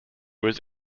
was